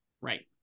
Right